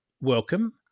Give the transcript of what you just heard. welcome